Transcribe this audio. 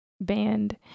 band